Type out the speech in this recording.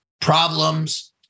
problems